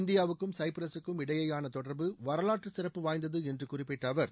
இந்தியாவுக்கும் சைப்ரஸூக்கும் இடையேயான தொடர்பு வரலாற்று சிறப்பு வாய்ந்தது என்று குறிப்பிட்ட அவர்